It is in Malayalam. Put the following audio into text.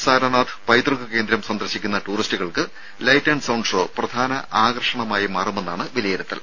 സാരാനാഥ് പൈതൃക കേന്ദ്രം സന്ദർശിക്കുന്ന ടൂറിസ്റ്റുകൾക്ക് ലൈറ്റ് ആന്റ് സൌണ്ട് ഷോ പ്രധാന ആകർഷണമായി മാറുമെന്നാണ് വിലയിരുത്തൽ